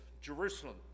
Jerusalem